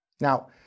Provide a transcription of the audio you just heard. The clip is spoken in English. Now